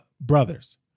brothers